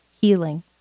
healing